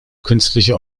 künstliche